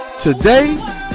Today